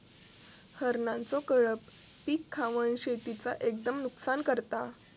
हरणांचो कळप पीक खावन शेतीचा एकदम नुकसान करता